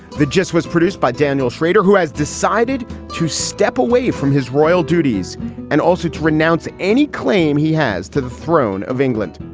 the gist was produced by daniel shrader, who has decided to step away from his royal duties and also to renounce any claim he has to the throne of england.